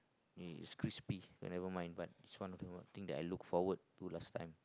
it it's crispy but nevermind but this one is the one thing that I look forward to last time